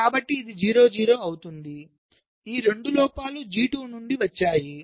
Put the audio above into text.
కాబట్టి ఇది 0 0 అవుతుంది ఈ 2 లోపాలు G2 నుండి వచ్చాయి